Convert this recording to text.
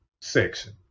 section